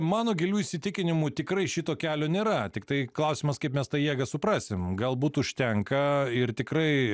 mano giliu įsitikinimu tikrai šito kelio nėra tiktai klausimas kaip mes tą jėgą suprasim galbūt užtenka ir tikrai